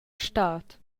stad